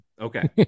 Okay